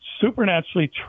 supernaturally